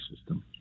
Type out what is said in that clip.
system